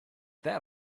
that